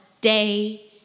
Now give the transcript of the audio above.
day